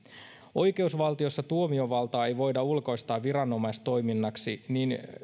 oikeusvaltiossa tuomiovaltaa ei voida ulkoistaa viranomaistoiminnaksi niin